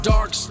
Dark